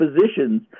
positions